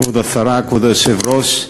כבוד השרה, כבוד היושב-ראש,